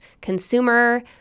consumer